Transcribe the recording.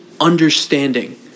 understanding